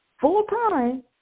full-time